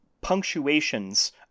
punctuations